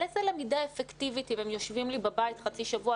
על איזה למידה אפקטיבית אם הם יושבים לי בבית חצי שבוע?